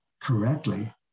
correctly